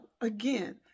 again